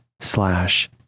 slash